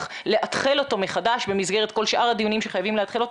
לאתחל אותו מחדש במסגרת כל שאר הדיונים שחייבים לאתחל.